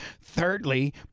Thirdly